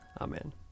Amen